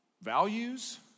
values